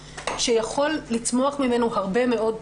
שיכול לצמוח ממנו הרבה מאוד טוב.